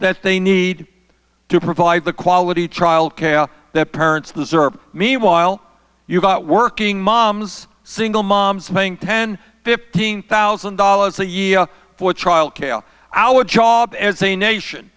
that they need to provide the quality childcare that parents deserve meanwhile you've got working moms single moms paying ten fifteen thousand dollars a year for childcare our job as a nation